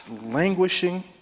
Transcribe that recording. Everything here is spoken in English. languishing